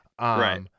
Right